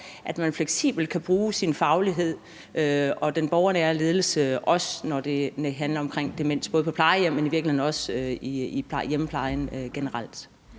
at man fleksibelt kan bruge sin faglighed og den borgernære ledelse, også når det handler om demens. Det gælder både på plejehjem og i virkeligheden også i hjemmeplejen generelt.